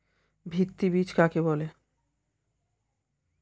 ভিত্তি বীজ কাকে বলে?